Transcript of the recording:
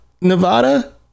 Nevada